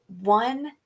one